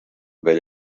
vell